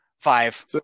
Five